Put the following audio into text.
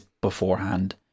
beforehand